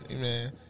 man